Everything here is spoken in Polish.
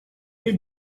nie